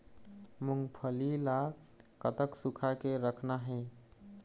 मूंगफली ला कतक सूखा के रखना हे?